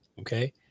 Okay